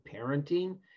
parenting